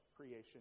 creation